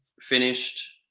finished